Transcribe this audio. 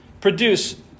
produce